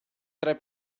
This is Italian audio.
tre